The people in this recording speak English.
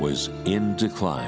was in decline